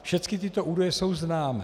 Všechny tyto údaje jsou známé.